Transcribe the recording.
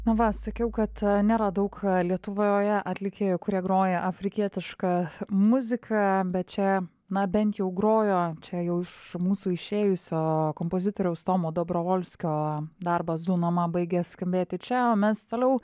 na va sakiau kad nėra daug lietuvoje atlikėjų kurie groja afrikietišką muziką bet čia na bent jau grojo čia jau iš mūsų išėjusio kompozitoriaus tomo dobrovolskio darbas zunoma baigė skambėti čia o mes toliau